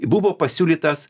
buvo pasiūlytas